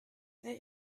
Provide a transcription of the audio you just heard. that